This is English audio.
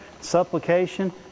supplication